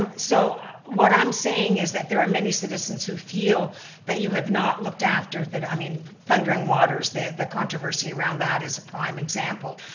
um so what i'm saying is that there are many citizens who feel that you have not looked after, i mean, thundering waters, the controversy around that is a prime example.